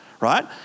right